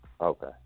Okay